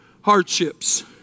hardships